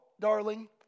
darling